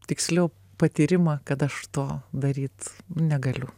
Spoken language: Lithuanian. tiksliau patyrimą kad aš to daryt negaliu